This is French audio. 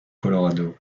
colorado